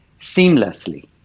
seamlessly